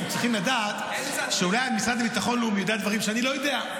אתם צריכים לדעת שאולי המשרד לביטחון לאומי יודע דברים שאני לא יודע.